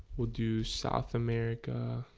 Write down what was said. will do south america